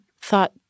thought